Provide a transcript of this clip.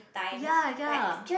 ya ya